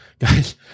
Guys